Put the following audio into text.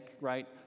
right